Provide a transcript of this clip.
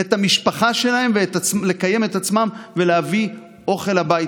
את המשפחה שלהם ולקיים את עצמם ולהביא אוכל הביתה,